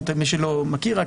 מי שלא מכיר,